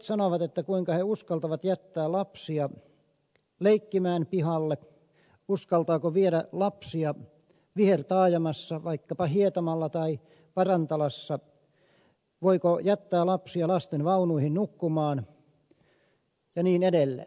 äidit kysyvät kuinka he uskaltavat jättää lapsia leikkimään pihalle uskaltaako viedä lapsia vihertaajamassa vaikkapa hietamalla tai parantalassa voiko jättää lapsia lastenvaunuihin nukkumaan ja niin edelleen